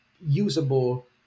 usable